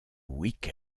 week